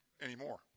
anymore